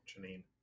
Janine